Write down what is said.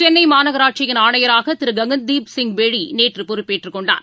சென்னைமாநகராட்சியின் ஆணையராகதிருககன்தீப் சிங் பேடிநேற்றுபொறுப்பேற்றுக் கொண்டார்